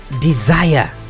desire